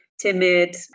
timid